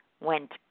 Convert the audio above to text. went